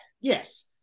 yes